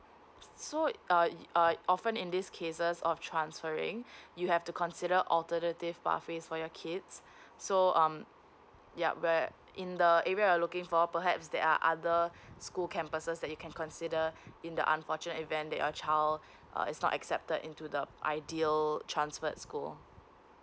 so uh uh often in these cases of transferring you have to consider alternative pathways for your kids so um yup where in the area you are looking for perhaps there are other school campuses they can consider in the unfortunate event that your child uh is not accepted into the ideal transferred school